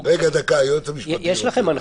יש לכם,